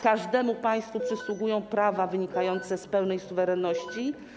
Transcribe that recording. Każdemu państwu przysługują prawa wynikające z pełnej suwerenności.